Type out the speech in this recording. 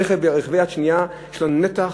רכבי יד שנייה, יש להם נתח,